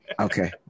Okay